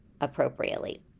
appropriately